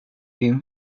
din